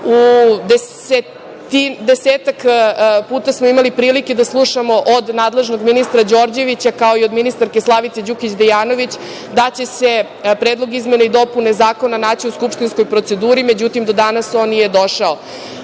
desetak puta smo imali prilike da slušamo od nadležnog ministra Đorđevića, kao i od ministarke Slavice Đukić Dejanović, da će se Predlog izmene i dopune zakona naći u Skupštinskoj proceduri, međutim do danas on nije došao.S